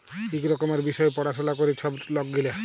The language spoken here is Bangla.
ইক রকমের বিষয় পাড়াশলা ক্যরে ছব লক গিলা